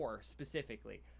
specifically